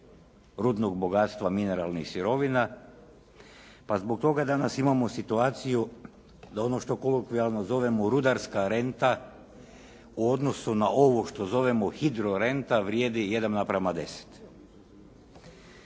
rudnog bogatstva mineralnih sirovina pa zbog toga danas imamo situaciju da ono što kolokvijalno zovemo rudarska renta u odnosu na ovo što zovemo hidro renta vrijedi 1:10.